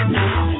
now